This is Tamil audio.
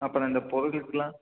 அப்புறம் அந்த பொருளுக்கெல்லாம்